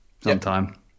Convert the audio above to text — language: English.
sometime